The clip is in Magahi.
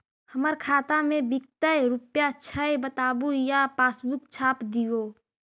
हमर खाता में विकतै रूपया छै बताबू या पासबुक छाप दियो?